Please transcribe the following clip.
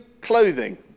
clothing